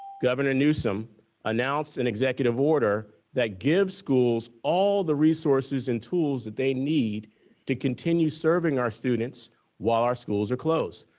governor newsom announced an executive order that gives schools all the resources and tools that they need to continue serving our students while our schools are closed.